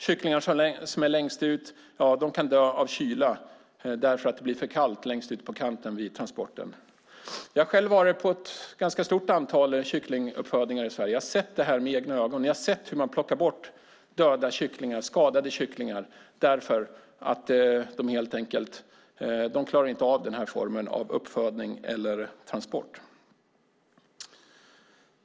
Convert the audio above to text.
Kycklingar som är längst ut kan dö av kylan för att det blir för kallt längst ut på kanten vid transporten. Jag har själv varit på ett ganska stort antal kycklinguppfödningar i Sverige. Jag har sett detta med egna ögon. Jag har sett hur man plockar bort döda och skadade kycklingar därför att de helt enkelt inte klarar av den här formen av uppfödning eller transport.